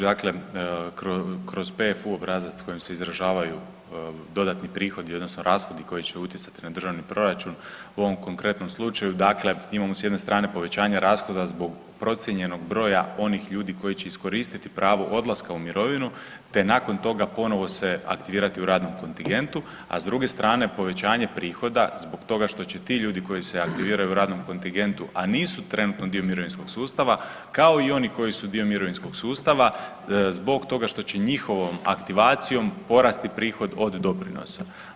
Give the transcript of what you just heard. Dakle, kroz PFU obrazac kojim se izražavaju dodatni prihodi odnosno rashodi koji će utjecati na državni proračun u ovom konkretnom slučaju dakle imamo s jedne strane povećanje rashoda zbog procijenjenog broja onih ljudi koji će iskoristiti pravo odlaska u mirovinu te nakon toga ponovo se aktivirati u radnom kontingentu, a s druge strane povećanje prihoda zbog toga što će ti ljudi koji se aktiviraju u radnom kontingentu, a nisu trenutno dio mirovinskog sustava kao i oni koji su dio mirovinskog sustava zbog toga što će njihovom aktivacijom porasti prihod od doprinosa.